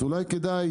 אולי כדאי